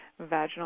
vaginal